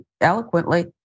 eloquently